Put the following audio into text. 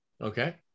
Okay